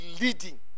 leading